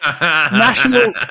National